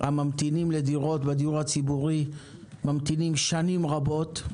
הממתינים לדירות בדיור הציבורי ממתינים שנים רבות,